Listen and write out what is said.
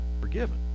forgiven